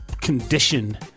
condition